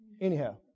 Anyhow